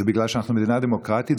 זה בגלל שאנחנו מדינה דמוקרטית,